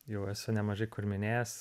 jau esu nemažai kur minėjęs